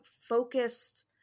focused